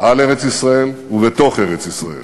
על ארץ-ישראל ובתוך ארץ-ישראל.